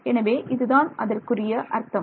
எனவே இதுதான் அதற்குரிய அர்த்தம்